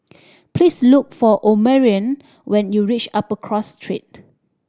please look for Omarion when you reach Upper Cross Street